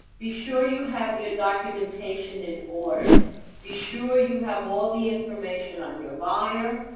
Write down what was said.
be sure you have your documentation in order be sure you have all the information on your buyer,